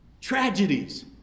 tragedies